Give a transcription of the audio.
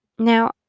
Now